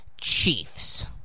Chiefs